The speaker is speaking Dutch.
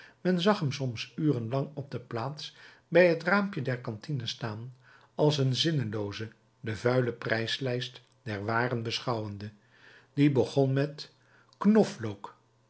men zag hem soms uren lang op de plaats bij het raampje der cantine staan als een zinnelooze de vuile prijslijst der waren beschouwende die begon met knoflook